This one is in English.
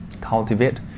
cultivate